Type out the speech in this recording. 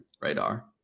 radar